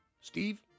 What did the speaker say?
Steve